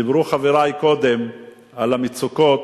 דיברו חברי קודם על המצוקות,